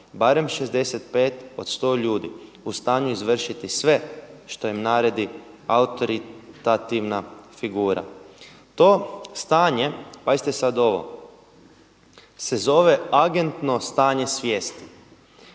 barem 65 od 100 ljudi u stanju je izvršiti sve što im naredi autoritativna figura. To stanje, pazite sad ovo se zove agentno stanje svijesti